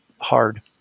hard